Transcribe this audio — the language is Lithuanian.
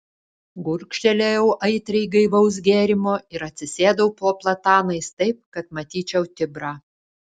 gurkštelėjau aitriai gaivaus gėrimo ir atsisėdau po platanais taip kad matyčiau tibrą